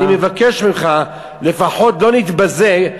ואני מבקש ממך, לפחות לא נתבזה.